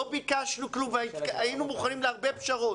לא ביקשנו כלום והיינו מוכנים להרבה פשרות,